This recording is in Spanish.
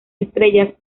estrellas